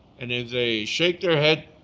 and if they shake their head,